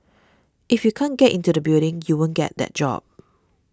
if you can't get into the building you won't get that job